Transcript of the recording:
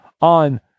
on